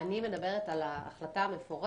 אני מדברת על ההחלטה המפורטת,